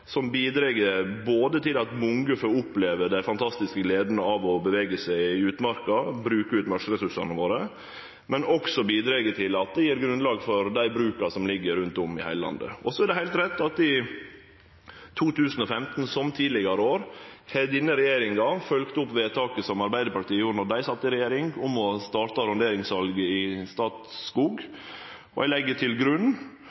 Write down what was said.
som bidreg til at mange får oppleve den fantastiske gleda av å bevege seg i utmarka og bruke utmarksressursane våre, men det gjev også grunnlag for dei bruka som ligg rundt om i heile landet. Så er det heilt rett at i 2015 – som i tidlegare år – har denne regjeringa følgt opp vedtaket som Arbeidarpartiet gjorde då dei sat i regjering, om å starte arronderingssalet i